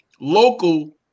local